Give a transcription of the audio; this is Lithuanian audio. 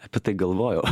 apie tai galvojau